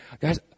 Guys